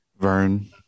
Vern